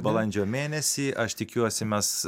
balandžio mėnesį aš tikiuosi mes